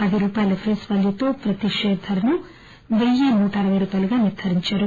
పది రూపాయల face value తో ప్రతి పేరు ధరను పెయ్యి నూట అరవై రూపాయలుగా నిర్దారించారు